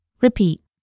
Repeat